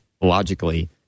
logically